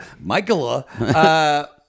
Michaela